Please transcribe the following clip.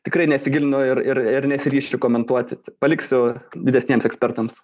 tikrai nesigilinu ir ir nesiryšiu komentuoti paliksiu didesniems ekspertams